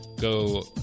go